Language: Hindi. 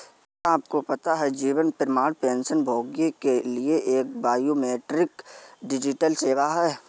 क्या आपको पता है जीवन प्रमाण पेंशनभोगियों के लिए एक बायोमेट्रिक डिजिटल सेवा है?